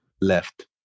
left